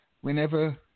whenever